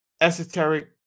esoteric